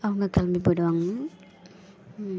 அவங்க கிளம்பி போய்டுவாங்க